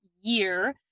year